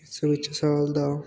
ਇਸ ਵਿੱਚ ਸਾਲ ਦਾ